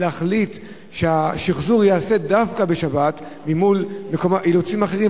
להחליט שהשחזור ייעשה דווקא בשבת מול אילוצים אחרים.